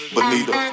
Bonita